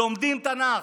לומדים תנ"ך.